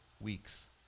Weeks